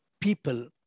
people